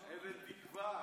איזו תקווה.